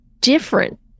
different